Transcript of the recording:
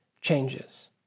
changes